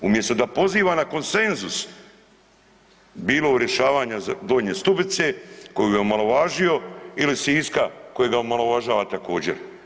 Umjesto da poziva na konsenzus bilo u rješavanju Donje Stubice koju je omalovažio ili Siska kojeg omalovažava također.